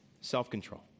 Self-control